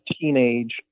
teenage